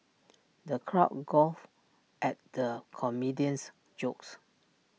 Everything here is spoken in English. the crowd guffawed at the comedian's jokes